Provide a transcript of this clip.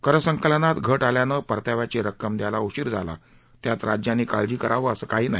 करसंकलनात घट आल्यानं परताव्याची रक्कम द्यायला उशीर झाला त्यात राज्यांनी काळजी करावी असं काही नाही